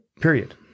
Period